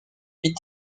huit